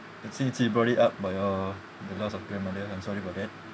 and since you brought it up about your the loss of grandmother I'm sorry about that